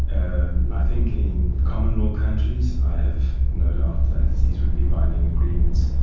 and i think in common law countries i have no doubt that these would be binding agreements.